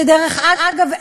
שדרך אגב,